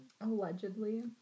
Allegedly